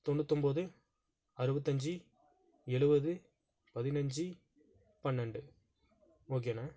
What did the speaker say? தொண்ணூத்தொம்பது அறுபத்தஞ்சி எழுபது பதினஞ்சு பன்னெண்டு ஓகேண்ணா